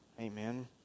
Amen